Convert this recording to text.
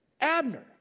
Abner